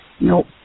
Nope